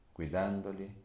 guidandoli